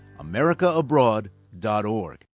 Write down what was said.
AmericaAbroad.org